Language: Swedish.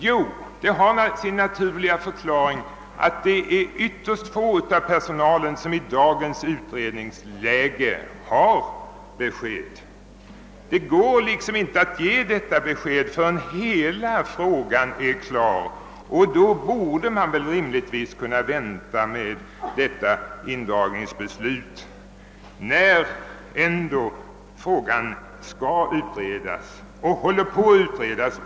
Jo, det har sin naturliga förklaring i att det är ytterst få av personalen som i dagens utredningsläge får besked. Det går liksom inte att ge detta besked förrän hela frågan är klarlagd. När frågan ändå skall utredas och håller på att utredas borde man väl kunna vänta med detta indragningsbeslut.